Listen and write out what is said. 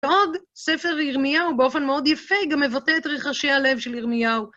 עוד ספר ירמיהו באופן מאוד יפה, גם מבטא את רחשי הלב של ירמיהו.